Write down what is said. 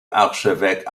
archevêque